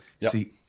See